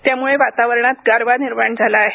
त्यामुळे वातावरणात गारवा निर्माण झाला आहे